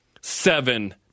Seven